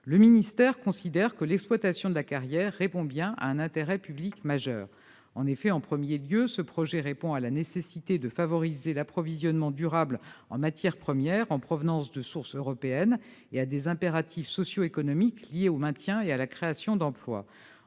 Le ministère considère que l'exploitation de la carrière répond bien à un intérêt public majeur. En effet, en premier lieu, ce projet répond à la nécessité de favoriser l'approvisionnement durable en matières premières en provenance de sources européennes et à des impératifs socio-économiques liés au maintien et à la création d'emplois.